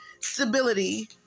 Stability